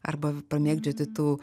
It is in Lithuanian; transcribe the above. arba pamėgdžioti tų